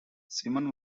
simon